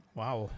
wow